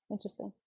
interesting.